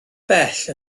bell